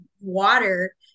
water